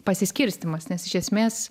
pasiskirstymas nes iš esmės